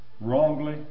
wrongly